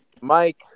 Mike